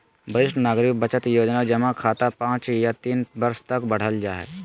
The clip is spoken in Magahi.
वरिष्ठ नागरिक बचत योजना जमा खाता पांच या तीन वर्ष तक बढ़ल जा हइ